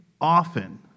often